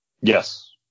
Yes